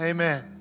Amen